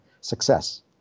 success